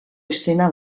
eszena